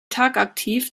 tagaktiv